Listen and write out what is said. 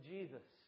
Jesus